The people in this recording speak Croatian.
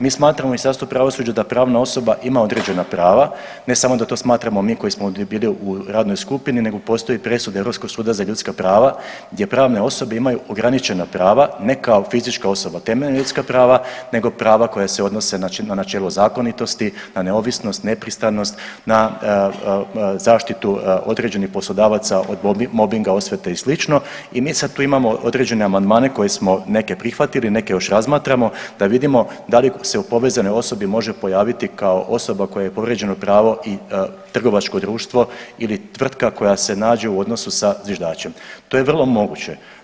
Mi smatramo u Ministarstvu pravosuđa da pravna osoba ima određena prava, ne samo da to smatramo mi koji smo bili u radnoj skupini nego postoji presuda Europskog suda za ljudska prava gdje pravne osobe imaju ograničena prava, ne kao fizička osoba temeljna ljudska prava nego prava koja se odnose na načelu zakonitosti, na neovisnost, nepristranost, na zaštitu određenih poslodavaca od mobinga, osvete i sl. i mi sad tu imamo određene amandmane koje smo neke prihvatili, neke još razmatramo da vidimo da li se u povezanoj osobi može pojaviti kao osoba kojoj je povrijeđeno pravo i trgovačko društvo ili tvrtka koja se nađe u odnosu sa zviždačem, to je vrlo moguće.